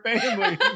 family